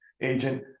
agent